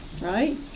right